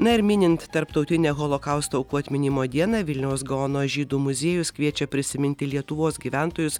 na ir minint tarptautinę holokausto aukų atminimo dieną vilniaus gaono žydų muziejus kviečia prisiminti lietuvos gyventojus